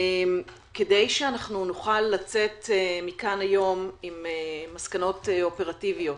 כדי שנוכל לצאת מכאן היום עם מסקנות אופרטיביות